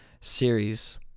series